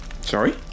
Sorry